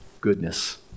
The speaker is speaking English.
goodness